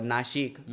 Nashik